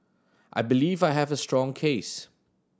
I believe I have a strong case